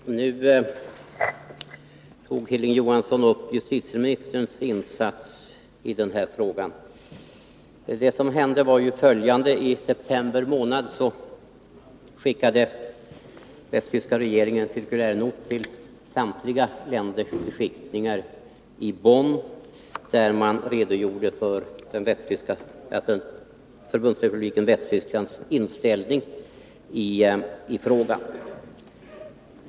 Herr talman! Hilding Johansson tog upp justitieministerns insats i den här frågan. Vad som hände var följande. I september månad skickade den västtyska regeringen en cirkulärnot till samtliga länders beskickningar i Bonn, där man redogjorde för Förbundsrepubliken Tysklands inställning i frågan.